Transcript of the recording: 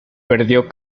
perdió